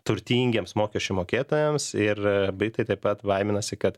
turtingiems mokesčių mokėtojams ir bei tai taip pat baiminasi kad